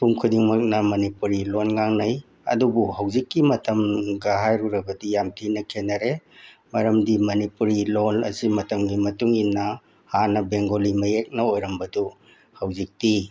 ꯃꯤꯄꯨꯝ ꯈꯨꯗꯤꯡꯃꯛꯅ ꯃꯅꯤꯄꯨꯔꯤ ꯂꯣꯟ ꯉꯥꯡꯅꯩ ꯑꯗꯨꯕꯨ ꯍꯧꯖꯤꯛꯀꯤ ꯃꯇꯝꯒ ꯍꯥꯏꯔꯨꯔꯕꯗꯤ ꯌꯥꯝ ꯊꯤꯅ ꯈꯦꯅꯔꯦ ꯃꯔꯝꯗꯤ ꯃꯅꯤꯄꯨꯔꯤ ꯂꯣꯟ ꯑꯁꯤ ꯃꯇꯝꯒꯤ ꯃꯇꯨꯡ ꯏꯟꯅ ꯍꯥꯟꯅ ꯕꯦꯡꯒꯣꯂꯤ ꯃꯌꯦꯛꯅ ꯑꯣꯏꯔꯝꯕꯗꯨ ꯍꯧꯖꯤꯛꯇꯤ